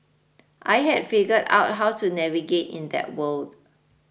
I had figured out how to navigate in that world